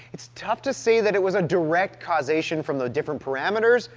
it's tough to say that it was a direct causation from the different parameters,